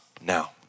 now